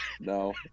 No